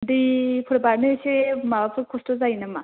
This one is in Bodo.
दैफोर बारनो एसे माबाफोर खस्थ' जायो नामा